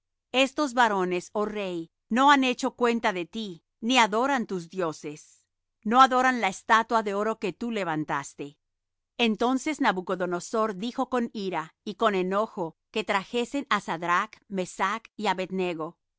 estos varones oh rey no han hecho cuenta de ti no adoran tus dioses no adoran la estatua de oro que tú levantaste entonces nabucodonosor dijo con ira y con enojo que trajesen á sadrach mesach y abed nego